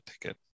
ticket